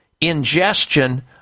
ingestion